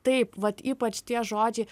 taip vat ypač tie žodžiai